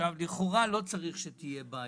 לכאורה לא צריך שתהיה בעיה.